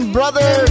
brother